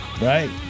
Right